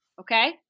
Okay